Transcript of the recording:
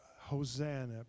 Hosanna